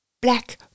Black